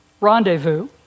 Rendezvous